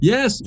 Yes